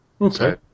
Okay